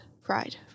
pride